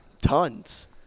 Tons